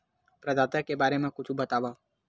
प्रदाता के बारे मा कुछु बतावव?